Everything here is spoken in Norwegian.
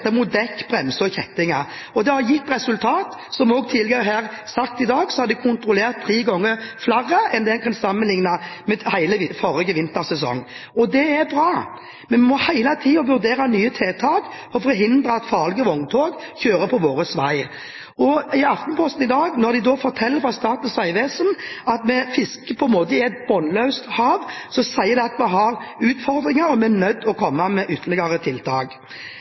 bremser og kjettinger. Dette har gitt resultater. Som også sagt tidligere, har man hittil i vinter kontrollert tre ganger flere enn i hele forrige vintersesong. Dette er bra, men vi må hele tiden vurdere nye tiltak for å forhindre at farlige vogntog kjører på veiene våre. I Aftenposten i dag forteller Statens vegvesen at man på en måte fisker i et bunnløst hav. Det sier at vi har utfordringer, og at vi er nødt til å komme med ytterligere tiltak.